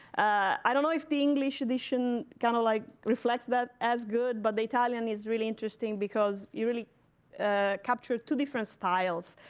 i don't know if the english edition kind of like reflects that as good. but the italian is really interesting. because you really capture two different styles.